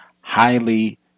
highly